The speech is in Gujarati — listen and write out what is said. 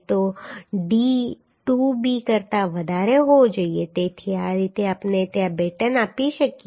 તો d 2b કરતા વધારે હોવો જોઈએ તેથી આ રીતે આપણે ત્યાં બેટન આપી શકીએ